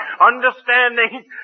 Understanding